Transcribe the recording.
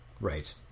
right